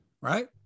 right